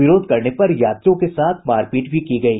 विरोध करने पर यात्रियों के साथ मारपीट भी की गयी